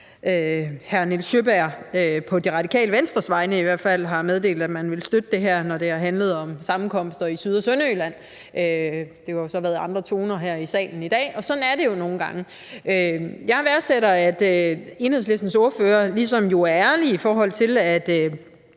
hr. Nils Sjøberg – på Det Radikale Venstres vegne i hvert fald – har meddelt, at man ville støtte det her, når det har handlet om sammenkomster i Syd- og Sønderjylland. Der har så været andre toner her i salen i dag, og sådan er det jo nogle gange. Jeg værdsætter, at Enhedslistens ordfører ligesom er ærlig, i forhold til at